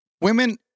Women